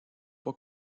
pas